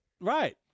Right